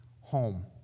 home